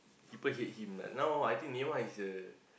people hate him lah now I think Neymar is the